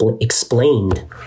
explained